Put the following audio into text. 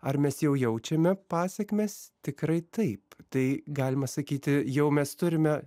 ar mes jau jaučiame pasekmes tikrai taip tai galima sakyti jau mes turime